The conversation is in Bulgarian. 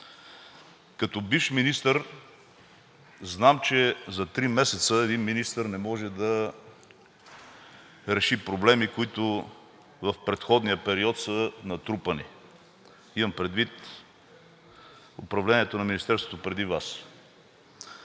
Като бивш министър знам, че за три месеца един министър не може да реши проблеми, които в предходния период са натрупани – имам предвид управлението на Министерството преди Вас.